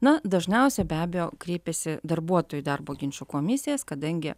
na dažniausia be abejo kreipiasi darbuotojai į darbo ginčų komisijas kadangi